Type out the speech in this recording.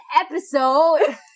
episode